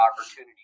opportunities